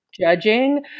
judging